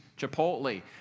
Chipotle